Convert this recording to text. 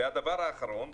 והדבר האחרון,